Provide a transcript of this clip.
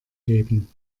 geben